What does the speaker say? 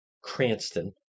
Cranston